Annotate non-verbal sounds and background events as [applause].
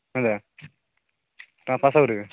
ହେଲା କ'ଣ [unintelligible] କରିବେ